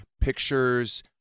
pictures